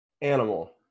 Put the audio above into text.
Animal